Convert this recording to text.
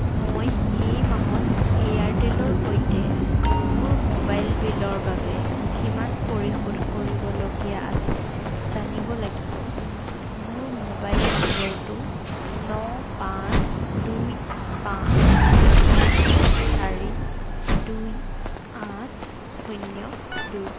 মই এই মাহত এয়াৰটেলৰ সৈতে মোৰ মোবাইল বিলৰ বাবে কিমান পৰিশোধ কৰিবলগীয়া আছে জানিব লাগিব মোৰ মোবাইল নম্বৰটো ন পাঁচ দুই পাঁচ ন চাৰি দুই আঠ শূন্য দুই